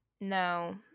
no